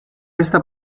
esta